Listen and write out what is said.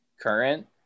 current